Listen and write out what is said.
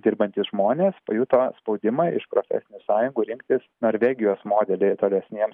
dirbantys žmonės pajuto spaudimą iš profesinių sąjungų rinktis norvegijos modelį tolesniems